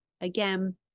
again